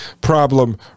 problem